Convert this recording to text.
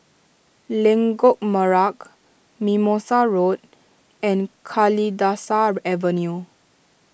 Lengkok Merak Mimosa Road and Kalidasa Avenue